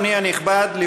אדוני הנכבד,